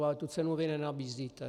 Ale tu cenu vy nenabízíte.